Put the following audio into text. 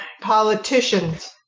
politicians